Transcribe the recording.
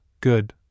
good